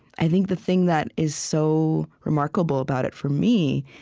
i think the thing that is so remarkable about it, for me,